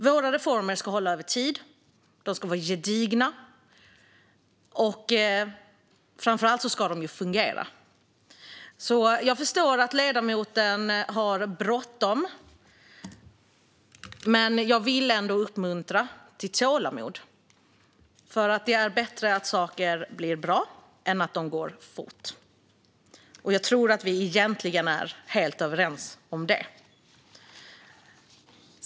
Våra reformer ska hålla över tid, de ska vara gedigna och framför allt ska de fungera. Jag förstår att ledamoten har bråttom men vill ändå uppmuntra till tålamod, för det är bättre att saker blir bra än att de går fort. Jag tror att vi egentligen är helt överens om det.